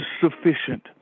sufficient